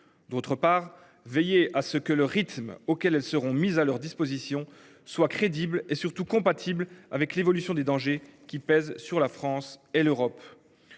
D'autre part, veiller à ce que le rythme auquel elles seront mises à leur disposition soit crédible et surtout compatible avec l'évolution des dangers qui pèsent sur la France et l'Europe.